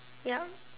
yup